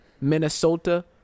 Minnesota